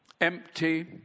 empty